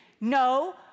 No